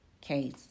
case